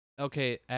Okay